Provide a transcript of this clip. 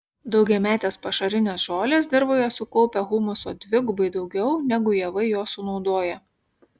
daugiametės pašarinės žolės dirvoje sukaupia humuso dvigubai daugiau negu javai jo sunaudoja